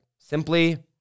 Simply